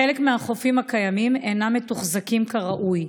חלק מהחופים הקיימים אינם מתוחזקים כראוי.